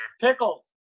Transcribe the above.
Pickles